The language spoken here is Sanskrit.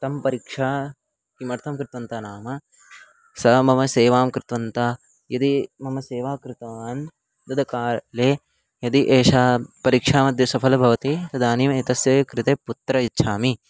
तं परीक्षा किमर्थं कृतवन्तः नाम सः मम सेवां कृतवान् यदि मम सेवां कृतवान् तत्काले यदि एषा परीक्षा मध्ये सफला भवति तदानीम् एतस्यै कृते पुत्रं यच्छामि